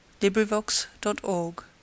LibriVox.org